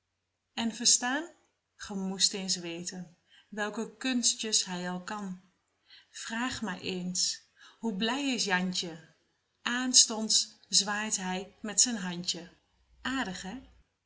en verstaan ge moest eens weten welke kunstjes hij al kan vraag maar eens hoe blij is jantje aanstonds zwaait hij met zijn handje